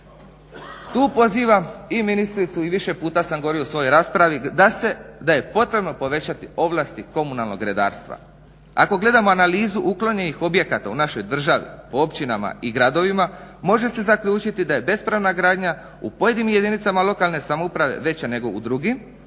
Tu pozivam i ministricu i više puta sam govorio u svojoj raspravi da je potrebno povećati ovlasti komunalnog redarstva. Ako gledamo analizu uklonjenih objekata u našoj državi po općinama i gradovima može se zaključiti da je bespravna gradnja u pojedinim jedinicama lokalne samouprave veća nego u drugim